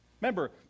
Remember